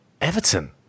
Everton